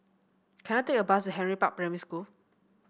can I take a bus Henry Park Primary School